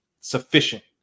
sufficient